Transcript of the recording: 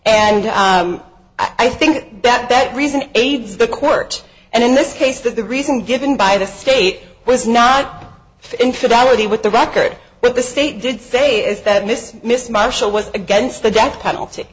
and i think that that reason aids the court and in this case that the reason given by the state was not infidelity with the record but the state did say is that miss miss marshall was against the death penalty